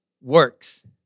works